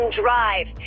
Drive